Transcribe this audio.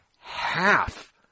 half